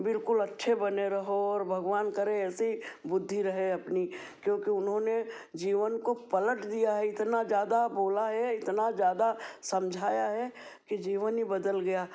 बिल्कुल अच्छे बने रहो और भगवान करें ऐसी ही बुद्धि रहे अपनी क्योंकि उन्होंने जीवन को पलट दिया है इतना ज़्यादा बोल है इतना ज़्यादा समझाया है कि जीवन ही बदल गया